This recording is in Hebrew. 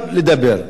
זה בסדר.